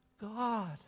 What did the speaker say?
God